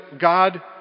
God